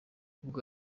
ubwo